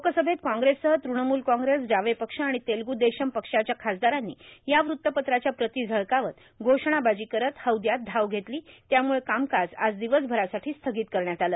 लोकसभेत काँग्रेससह तृणमूल काँग्रेस डावे पक्ष आर्मण तेलगु देशम पक्षाच्या खासदारांनी या वृत्तपत्राच्या प्रती झळकावत घोषणाबाजी करत हौदयात धाव घेतलां त्यामुळं कामकाज आज र्दिवस भरासाठी स्थागत करण्यात आलं